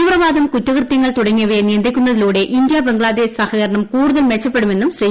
തീവ്രവാദം കുറ്റകൃത്യങ്ങൾ തുടങ്ങിയവയെ നിയന്ത്രിക്കുന്നതിലൂടെ ഇന്ത്യ ബംഗ്ലാദേശ് സഹകരണം കൂടുതൽ മെച്ചപ്പെടുമെന്നും ശ്രീ